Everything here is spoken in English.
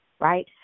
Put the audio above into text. right